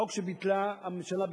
החוק שהממשלה ביטלה,